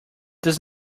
does